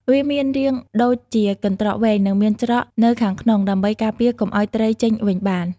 វាមានរាងដូចជាកន្ត្រកវែង និងមានច្រកនៅខាងក្នុង ដើម្បីការពារកុំឲ្យត្រីចេញវិញបាន។